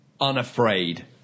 unafraid